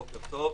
בוקר טוב.